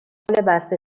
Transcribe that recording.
بسته